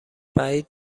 بعید